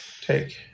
take